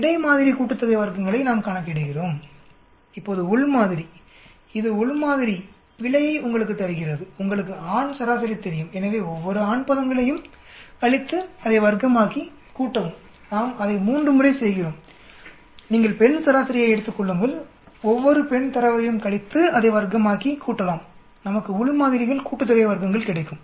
எனவே இடை மாதிரி கூட்டுத்தொகை வர்க்கங்களை நாம் கணக்கிடுகிறோம் இப்போது உள் மாதிரி இது உள் மாதிரி பிழையை உங்களுக்குத் தருகிறது உங்களுக்கு ஆண் சராசரி தெரியும் எனவே ஒவ்வொரு ஆண் பதங்களையும் கழித்து அதை வர்க்கமாக்கி கூட்டவும் நாம் அதை 3 முறை செய்கிறோம் நீங்கள் பெண் சராசரியை எடுத்துக் கொள்ளுங்கள் ஒவ்வொரு பெண் தரவையும் கழித்து அதை வர்க்கமாக்கி கூட்டலாம் நமக்கு உள் மாதிரிகள் கூட்டுத்தொகை வர்க்கங்கள் கிடைக்கும்